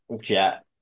Jet